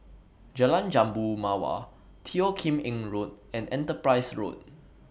Jalan Jambu Mawar Teo Kim Eng Road and Enterprise Road